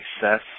success